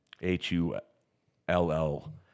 H-U-L-L